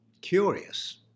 curious